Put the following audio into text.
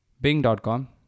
bing.com